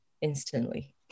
instantly